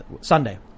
Sunday